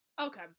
Okay